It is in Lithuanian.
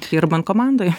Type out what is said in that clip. dirbam komandoj